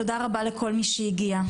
תודה רבה לכל מי שהגיע,